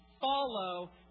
follow